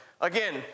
again